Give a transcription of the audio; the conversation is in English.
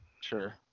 Sure